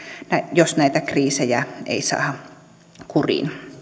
jos näitä kriisejä ei saada kuriin